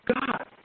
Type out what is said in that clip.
God